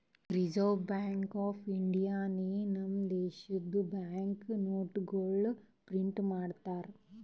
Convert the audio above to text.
reserve bank of ಇಂಡಿಯಾನೆ ನಮ್ ದೇಶದು ಬ್ಯಾಂಕ್ ನೋಟ್ಗೊಳ್ ಪ್ರಿಂಟ್ ಮಾಡ್ತುದ್